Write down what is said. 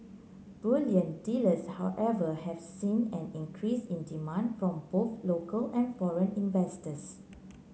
bullion dealers however have seen an increase in demand from both local and foreign investors